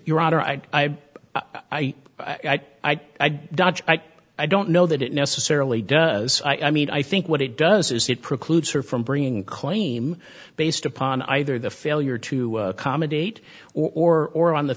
your honor i i i i i i don't know that it necessarily does i mean i think what it does is it precludes her from bringing claim based upon either the failure to accommodate or or on the